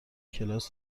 کلاس